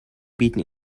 bieten